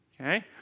Okay